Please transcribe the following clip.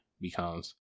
becomes